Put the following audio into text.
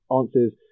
answers